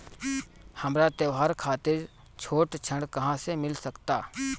हमरा त्योहार खातिर छोट ऋण कहाँ से मिल सकता?